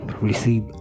receive